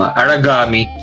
aragami